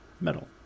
metal